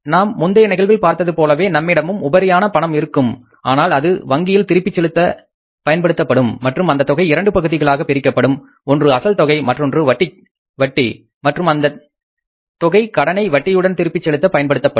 நாம் முந்திய நிகழ்வில் பார்த்தது போலவே நம்மிடம் உபரியான பணம் இருக்கும் ஆனால் அது வங்கியில் திருப்பி செலுத்த பயன்படுத்தப்படும் மற்றும் அந்த தொகை இரண்டு பகுதிகளாகப் பிரிக்கப்படும் ஒன்று அசல் தொகை மற்றொன்று வட்டி மற்றும் அந்த தொகை கடனை வட்டியுடன் திருப்பிச் செலுத்த பயன்படுத்தப்படும்